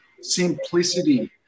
simplicity